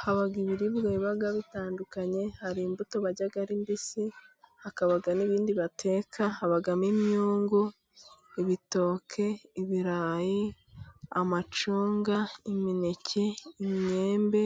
Haba ibiribwa biba bitandukanye, hari imbuto barya ari mbisi hakaba n'ibindi bateka habamo imyungu, ibitoke, ibirayi, amacunga, imineke, imyembe,